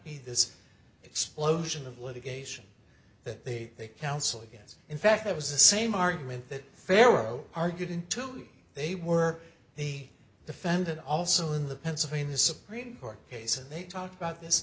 be this explosion of litigation that they counsel against in fact it was the same argument that pharaoh argued in to me they were he defended also in the pennsylvania supreme court case and they talk about this